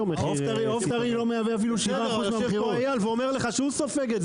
הוא הולך לתאגיד ואומר: "תביא לי עוד עשרה פקחים",